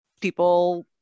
people